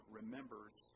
remembers